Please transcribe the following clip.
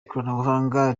ikoranabuhanga